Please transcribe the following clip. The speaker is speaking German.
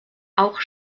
auch